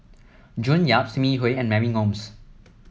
June Yap Sim Yi Hui and Mary Gomes